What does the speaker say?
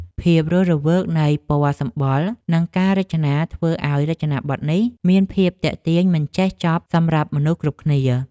ភាពរស់រវើកនៃពណ៌សម្បុរនិងការរចនាធ្វើឱ្យរចនាប័ទ្មនេះ មានភាពទាក់ទាញមិនចេះចប់សម្រាប់មនុស្សគ្រប់គ្នា។